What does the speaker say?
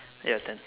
your turn